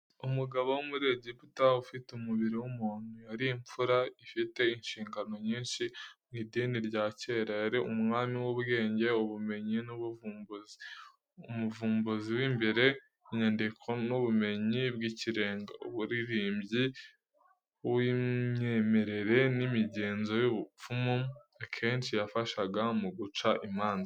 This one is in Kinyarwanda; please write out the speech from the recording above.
Umugabo wo muri Egiputa ufite umubiri w’umuntu. Yari imfura ifite inshingano nyinshi mu idini rya kera yari umwami w’ubwenge, ubumenyi, n’ubuvumbuzi. Umuvumbuzi w’imibare, inyandiko, n’ubumenyi bw’ikirenga. Umuririmbyi w’imyemerere n’imigenzo y’ubupfumu. Akenshi yafashaga mu guca imanza.